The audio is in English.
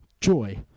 joy